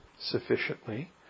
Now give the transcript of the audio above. sufficiently